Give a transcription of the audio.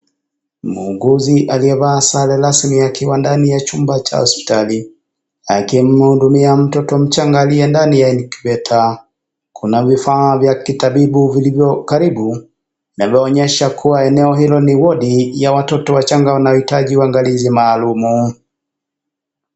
Muuguzi aliyevaa sare rasmi akiwa ndani ya chumba cha hospitali akimhudumia mtoto mchanga aliye ndani ya incubator kuna vifaa vya kitabibu vilivyo karibu inayoonyesha eneo hilo ni wadi ya watoto wachanga wanaohitaji maangalizi maalum